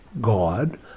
God